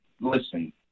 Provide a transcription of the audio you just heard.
Listen